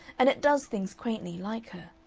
and it does things quaintly like her,